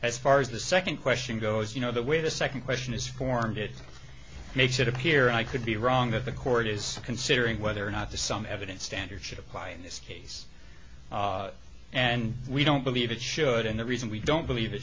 as far as the nd question goes you know the way the nd question is formed it makes it appear i could be wrong that the court is considering whether or not to some evidence standard should apply in this case and we don't believe it should and the reason we don't believe